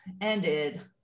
ended